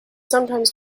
sometimes